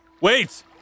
wait